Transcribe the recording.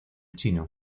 chino